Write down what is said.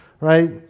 right